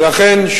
ולכן,